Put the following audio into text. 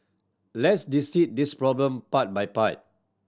let's dissect this problem part by part